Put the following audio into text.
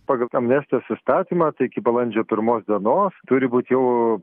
pagal amnestijos įstatymą tai iki balandžio pirmos dienos turi būt jau